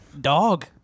dog